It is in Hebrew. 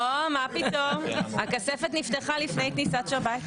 לא, מה פתאום, הכספת נפתחה לפני כניסת שבת.